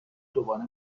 دوباره